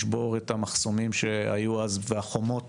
לשבור את המחסומים שהיו אז והחומות